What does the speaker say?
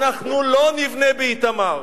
אנחנו לא נבנה באיתמר.